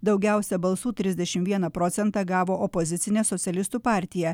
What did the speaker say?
daugiausia balsų trisdešimt vieną procentą gavo opozicinė socialistų partija